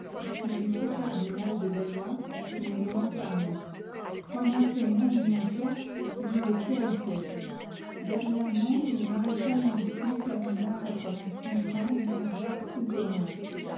c'est du feu cardinal de beljoi que nous voulons parler trois mois seulement lui manquèrent pour qu'il eût vécu un siècle dernièremoit le maréchal moncey termina à quatre vingtrcinq ans une carrière toute d'honneur